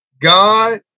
God